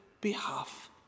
behalf